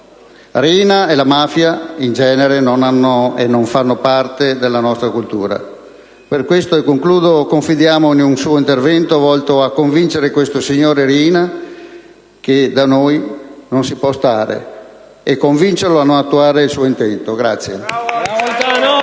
Riina e la mafia in genere non fanno parte della nostra cultura. Per questo confidiamo in un suo intervento volto a convincere il signor Riina che da noi non si può stare e a non attuare il suo intento.